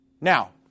Now